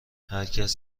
هرکس